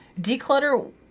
Declutter